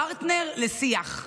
פרטנר לשיח.